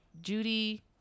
Judy